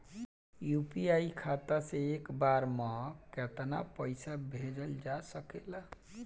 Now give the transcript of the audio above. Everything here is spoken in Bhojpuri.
यू.पी.आई खाता से एक बार म केतना पईसा भेजल जा सकेला?